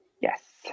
Yes